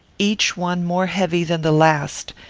each one more heavy than the last,